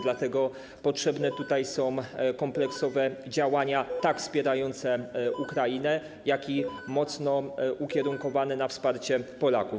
Dlatego potrzebne tutaj są kompleksowe działania, tak wspierające Ukrainę, jak i mocno ukierunkowane na wsparcie Polaków.